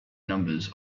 numbers